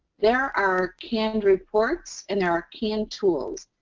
there are canned reports and our canned tools.